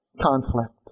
conflict